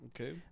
Okay